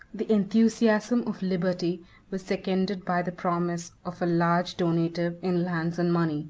the enthusiasm of liberty was seconded by the promise of a large donative, in lands and money